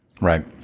Right